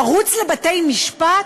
לרוץ לבתי-משפט,